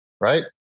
right